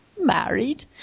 married